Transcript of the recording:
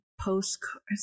postcards